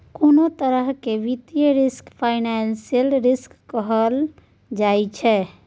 कोनों तरह केर वित्तीय रिस्क फाइनेंशियल रिस्क कहल जाइ छै